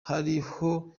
hariho